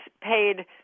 paid